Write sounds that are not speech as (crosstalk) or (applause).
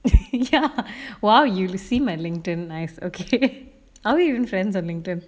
(laughs) ya !wow! you see my linkedin nice okay are we even friends on linkedin